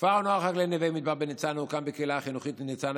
כפר הנוער החקלאי נווה מדבר בניצנה הוקם בקהילה החינוכית ניצנה,